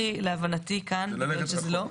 להבנתי כאן זה לא הכרחי.